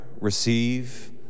receive